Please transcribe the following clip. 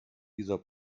dieser